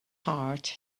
heart